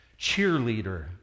cheerleader